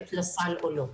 תוספת לסל או לא.